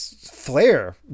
flare